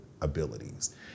abilities